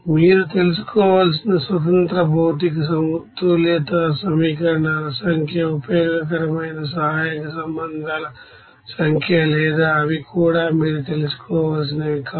మీరు తెలుసుకోవాల్సిననెంబర్ of independent material balance equations సంఖ్య ఉపయోగకరమైన ఆక్సిలియరీ రిలేషన్స్ సంఖ్య లేదా అవి కూడా మీరు తెలుసుకోవలసినవి కావు